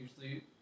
usually